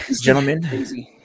gentlemen